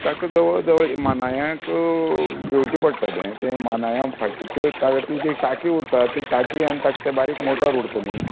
ताका जवळ जवळ मानायक घेवचें पडटा तें मानाया फाटीं तें टाकी उरता ती टाकी आनी ताक बारीक मोटर उरत नी